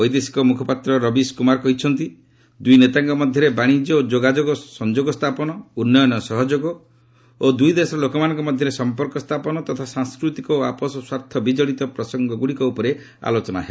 ବୈଦେଶିକ ମୁଖପାତ୍ର ରବୀନ କୁମାର କହିଛନ୍ତି ଦୁଇ ନେତାଙ୍କ ମଧ୍ୟରେ ବାଶିଜ୍ୟ ଓ ଯୋଗାଯୋଗ ସଂଯୋଗ ସ୍ଥାପନ ଉନ୍ନୟନ ସହଯୋଗ ଦୁଇଦେଶ ଲୋକମାନଙ୍କ ମଧ୍ୟରେ ସମ୍ପର୍କ ସ୍ଥାପନ ସାଂସ୍କୃତିକ ଓ ଆପୋଷ ସ୍ୱାର୍ଥ ବିଜଡିତ ପ୍ରସଙ୍ଗଗୁଡିକ ଉପରେ ଦୁଇଦେଶ ମଧ୍ୟରେ ଆଲୋଚନା ହେବ